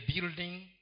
building